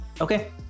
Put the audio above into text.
Okay